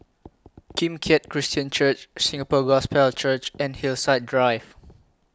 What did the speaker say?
Kim Keat Christian Church Singapore Gospel Church and Hillside Drive